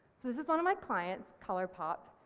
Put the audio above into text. this is one of my clients, colourpop,